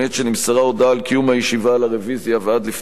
ההודעה על קיום הישיבה על הרוויזיה ועד לפתיחתה.